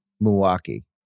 Milwaukee